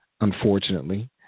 unfortunately